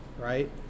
Right